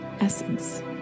essence